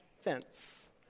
fence